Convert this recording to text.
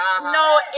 No